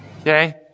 okay